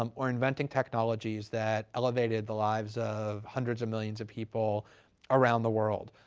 um or investing technologies that elevated the lives of hundreds of millions of people around the world.